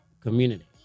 community